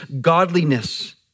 godliness